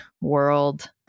world